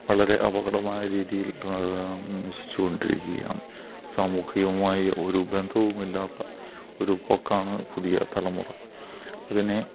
വളരെ അപകടകരമായ രീതിയിൽ നശിച്ചു കൊണ്ടിരിക്കുകയാണ് സാമൂഹികമായി ഒരു ബന്ധവുമില്ലാത്ത ഒരു പോക്കാണ് പുതിയ തലമുറ അതുതന്നെ